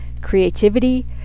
creativity